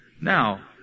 now